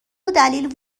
دلیل